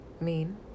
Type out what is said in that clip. mean